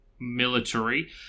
military